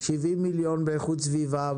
70 מיליון במשרד לאיכות הסביבה,